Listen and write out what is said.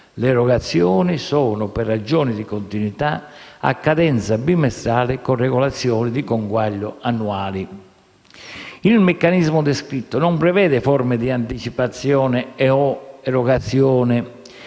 (le erogazioni sono, per ragioni di continuità, a cadenza bimestrale con regolazioni di conguaglio annuali). Il meccanismo descritto non prevede forme di anticipazione e/o erogazione